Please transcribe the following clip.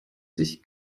sich